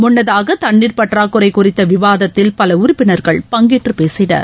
முன்னதாக தண்ணீர் பற்றாக்குறை குறித்த விவாதத்தில் பல உறுப்பினர்கள் பங்கேற்று பேசினர்